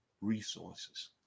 resources